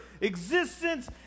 existence